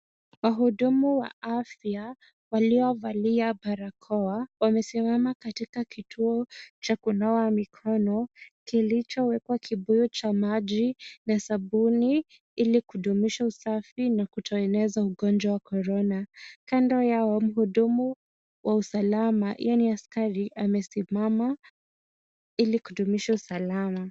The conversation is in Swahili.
Wahudumu wa afya waliovalia barakoa, wamesimama katika kituo cha kunawa mikono, kilichowekwa kibuyu cha maji na sabuni ili kudumisha usafi na kutoeneza ugonjwa wa korona. Kando yao mhudumu wa usalama , yaani askari amesimama ili kudumisha usalama.